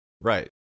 right